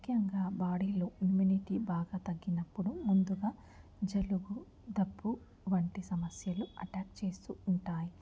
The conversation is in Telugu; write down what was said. ముఖ్యంగా బాడీలో ఇమ్యూనిటీ బాగా తగ్గినప్పుడు ముందుగా జలుబు దగ్గు వంటి సమస్యలు అటాక్ చేస్తూ ఉంటాయి